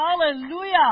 hallelujah